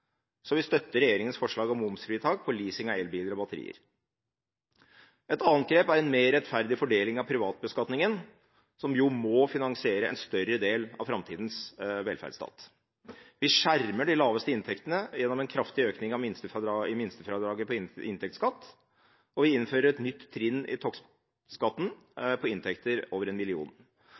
Så vi støtter regjeringens forslag om momsfritak på leasing av elbiler og batterier. Et annet grep er en mer rettferdig fordeling av privatbeskatningen, som jo må finansiere en større del av framtidens velferdsstat. Vi skjermer de laveste inntektene gjennom en kraftig økning i minstefradraget på inntektsskatt, og vi innfører et nytt trinn i toppskatten på inntekter over